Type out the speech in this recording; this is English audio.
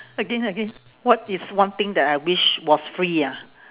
again again what is one thing that I wish was free ah